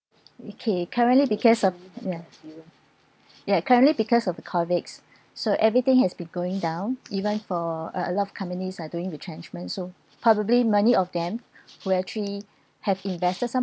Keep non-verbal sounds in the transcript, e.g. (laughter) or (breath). okay currently because of ya (breath) ya currently because of the COVIDs (breath) so everything has been going down even for uh a lot of companies are doing retrenchment so probably many of them (breath) were actually have invested some